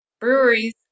breweries